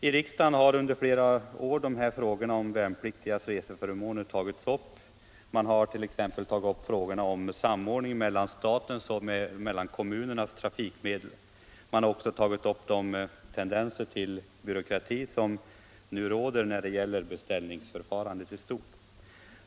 I riksdagen har under flera år dessa frågor om de värnpliktigas reseförmåner tagits upp. Man hart.ex. tagit upp frågorna om samordningen mellan statens och kommunernas trafikmedel och även de tendenser till byråkrati som nu råder vad gäller beställningsförfarandet i stort.